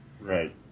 Right